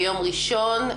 ביום ראשון.